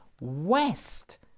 west